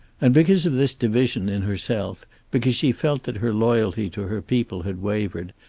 and because of this division in herself, because she felt that her loyalty to her people had wavered,